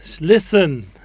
listen